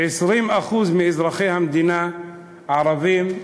ו-20% מאזרחי המדינה ערבים,